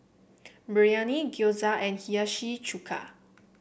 Biryani Gyoza and Hiyashi Chuka